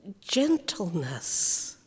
gentleness